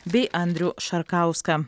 bei andrių šarkauską